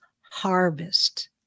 harvest